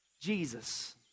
Jesus